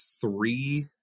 three